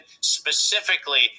specifically